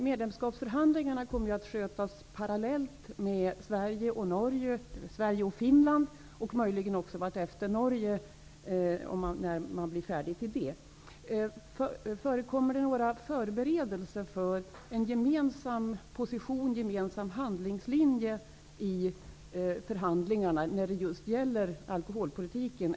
Medlemskapsförhandlingarna kommer vidare att föras parallellt av Sverige och Finland, möjligen vartefter också av Norge. Förekommer det några förberedelser för en gemensam linje i förhandlingarna just när det gäller alkoholpolitiken?